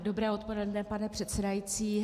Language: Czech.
Dobré odpoledne, pane předsedající.